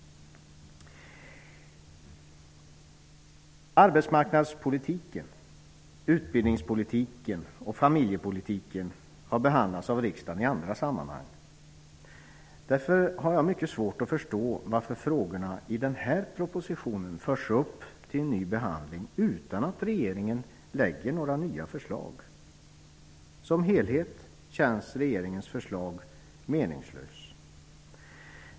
Arbetsmarknadspolitiken, utbildningspolitiken och familjepolitiken har behandlats av riksdagen i andra sammanhang. Därför har jag mycket svårt att förstå varför frågorna i den här propositionen förs upp till ny behandling utan att regeringen lägger fram några nya förslag. Som helhet känns regeringens förslag meningslöst.